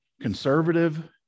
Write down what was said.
conservative